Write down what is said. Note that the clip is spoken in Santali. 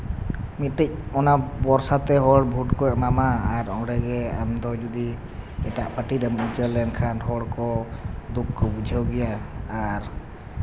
ᱢᱤᱫᱴᱤᱡ ᱚᱱᱟ ᱵᱷᱚᱨᱥᱟ ᱛᱮ ᱵᱷᱳᱴ ᱠᱚ ᱮᱢᱟᱢᱟ ᱟᱨ ᱚᱸᱰᱮᱜᱮ ᱟᱢᱫᱚ ᱡᱩᱫᱤ ᱮᱴᱟᱜ ᱯᱟᱨᱴᱤ ᱨᱮᱢ ᱩᱪᱟᱹᱲ ᱞᱮᱱᱠᱷᱟᱱ ᱦᱚᱲᱠᱚ ᱫᱩᱠ ᱠᱚ ᱵᱩᱡᱷᱟᱹᱣ ᱜᱮᱭᱟ ᱟᱨ